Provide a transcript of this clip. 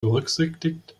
berücksichtigt